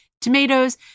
tomatoes